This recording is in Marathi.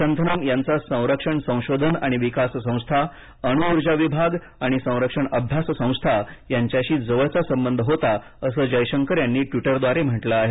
संथनम संरक्षण संशोधनआणि विकास संस्था अणू ऊर्जा विभाग आणि संरक्षण अभ्यास संस्था यांच्याशी जवळचा संबध होता असं जयशंकर यांनी ट्वीटरवर म्हटलं आहे